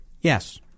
Yes